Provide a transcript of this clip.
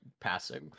passing